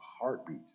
heartbeat